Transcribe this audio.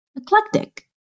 eclectic